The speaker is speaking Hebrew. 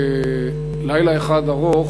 בלילה אחד ארוך,